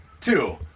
Two